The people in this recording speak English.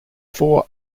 four